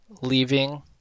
leaving